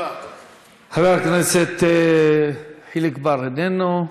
חבר הכנסת חיליק בר, איננו,